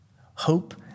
Hope